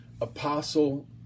apostle